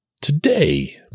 today